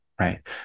right